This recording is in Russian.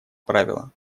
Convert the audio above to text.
правила